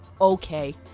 okay